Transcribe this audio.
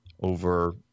over